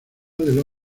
del